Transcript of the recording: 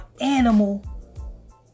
animal